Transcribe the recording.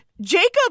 Jacob